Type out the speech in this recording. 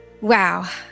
Wow